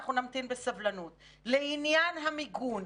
אנחנו נמתין בסבלנות; לעניין המיגון,